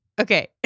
okay